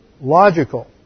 logical